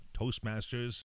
Toastmasters